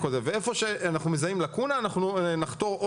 ואיפה שאנחנו מזהים לקונה אנחנו נחתור או